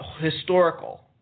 historical